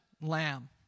lamb